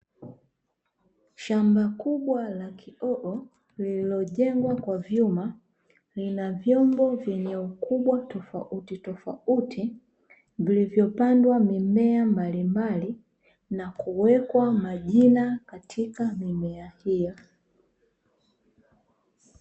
Shamba kubwa la kioo lililojengwa kwa vyuma lina vyombo vyenye ukubwa tofauti tofauti vilivyopandwa mimea mbalimbali na kuwekwa majina katika mimea hiyo .